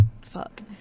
fuck